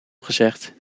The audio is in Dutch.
gezegd